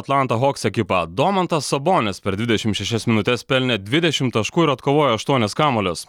atlanto hoks ekipą domantas sabonis per dvidešim šešias minutes pelnė dvidešim taškų ir atkovojo aštuonis kamuolius